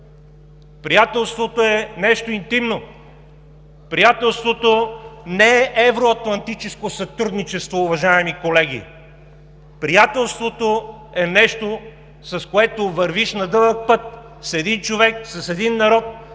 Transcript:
Приятелството е нещо интимно! Приятелството не е евроатлантическо сътрудничество, уважаеми колеги. Приятелството е нещо, с което вървиш на дълъг път – с един човек, с един народ,